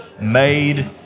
made